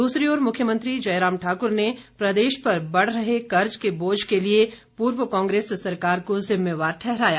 दूसरी ओर मुख्यमंत्री जयराम ठाकुर ने प्रदेश पर बढ़ रहे कर्ज के बोझ के लिए पूर्व कांग्रेस सरकार को जिम्मेदार ठहराया